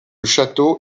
château